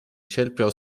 cierpiał